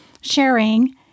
sharing